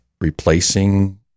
replacing